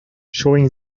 showing